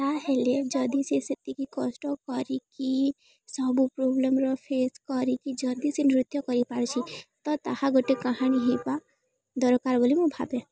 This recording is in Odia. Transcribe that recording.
ତାହେଲେ ଯଦି ସେ ସେତିକି କଷ୍ଟ କରିକି ସବୁ ପ୍ରୋବ୍ଲେମ୍ର ଫେସ୍ କରିକି ଯଦି ସେ ନୃତ୍ୟ କରିପାରୁଛି ତ ତାହା ଗୋଟେ କାହାଣୀ ହେବା ଦରକାର ବୋଲି ମୁଁ ଭାବେ